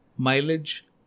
Mileage